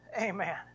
Amen